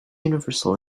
universal